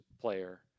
player